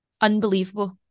unbelievable